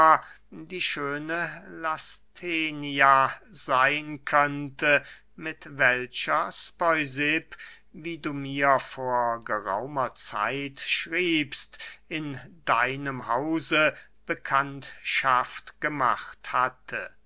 die schöne lasthenia seyn könnte mit welcher speusipp wie du mir vor geraumer zeit schriebst in deinem hause bekanntschaft gemacht hatte